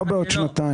לא בעוד שנתיים.